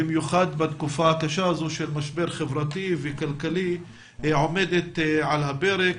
במיוחד בתקופה הקשה הזו של משבר חברתי וכלכלי עומדת על הפרק.